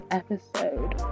episode